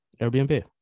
Airbnb